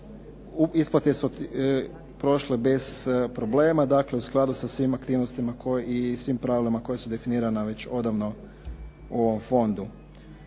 Isplate su prošle bez problema, dakle u skladu sa svim aktivnostima i svim pravilima koja su definirana već odavno u ovom fondu.